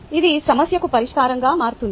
ఇది సమస్యకు పరిష్కారంగా మారుతుంది